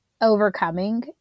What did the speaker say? overcoming